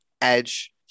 edge